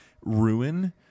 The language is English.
ruin